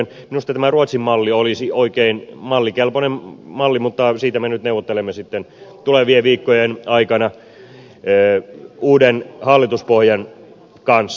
minusta tämä ruotsin malli olisi oikein mallikelpoinen malli mutta siitä me nyt neuvottelemme sitten tulevien viikkojen aikana uuden hallituspohjan kanssa